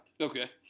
Okay